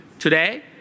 Today